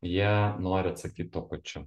jie nori atsakyt tuo pačiu